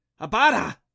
Abada